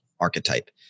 archetype